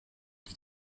die